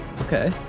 okay